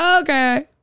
okay